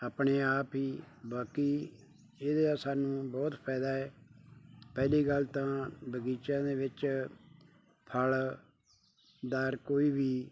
ਆਪਣੇ ਆਪ ਹੀ ਬਾਕੀ ਇਹਦੇ ਸਾਨੂੰ ਬਹੁਤ ਫਾਇਦਾ ਹੈ ਪਹਿਲੀ ਗੱਲ ਤਾਂ ਬਗੀਚਿਆਂ ਦੇ ਵਿੱਚ ਫਲਦਾਰ ਕੋਈ ਵੀ